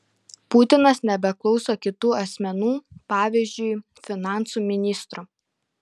putinas nebeklauso kitų asmenų pavyzdžiui finansų ministro